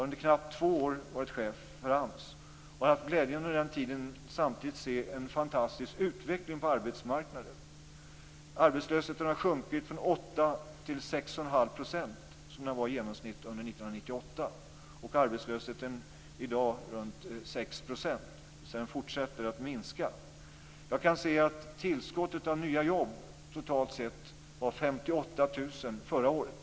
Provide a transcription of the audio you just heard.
Under knapp två år har jag varit chef gör AMS och har haft glädjen att under den tiden se en fantastisk utveckling på arbetsmarknaden. Arbetslösheten har sjunkit från 8 % till 6 1⁄2 %, som den var i genomsnitt 1998. Arbetslösheten är i dag runt 6 %. Den fortsätter att minska. Tillskottet av nya jobb totalt sett var 58 000 förra året.